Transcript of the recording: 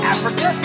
Africa